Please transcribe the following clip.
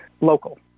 local